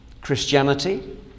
Christianity